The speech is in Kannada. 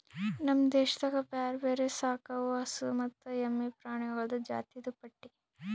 ನಮ್ ದೇಶದಾಗ್ ಬ್ಯಾರೆ ಬ್ಯಾರೆ ಸಾಕವು ಹಸು ಮತ್ತ ಎಮ್ಮಿ ಪ್ರಾಣಿಗೊಳ್ದು ಜಾತಿದು ಪಟ್ಟಿ